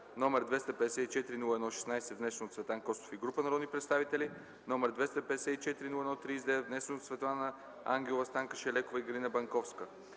№ 254-01-16, внесен от Цветан Костов и група народни представители, и № 254-01-39, внесен от Светлана Ангелова, Станка Шайлекова и Галина Банковска.